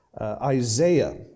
Isaiah